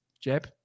Jeb